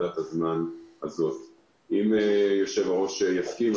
אם היושב-ראש יסכים,